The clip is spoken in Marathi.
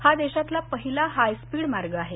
हा देशातला पहिला हाय स्पीड मार्ग आहे